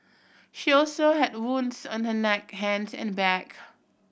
she also had wounds on her neck hands and back